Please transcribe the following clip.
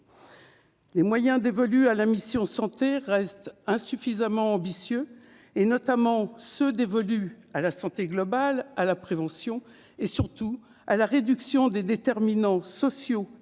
les moyens dévolus à la mission santé reste insuffisamment ambitieux et notamment ceux dévolus à la santé globale à la prévention et surtout à la réduction des déterminants sociaux et territoriaux